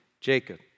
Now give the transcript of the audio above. Jacob